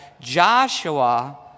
Joshua